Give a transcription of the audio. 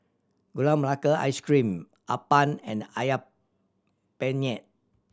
Gula Melaka Ice Cream appam and Ayam Penyet